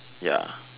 ya